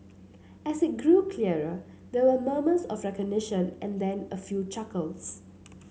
as it grew clearer there were murmurs of recognition and then a few chuckles